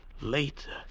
later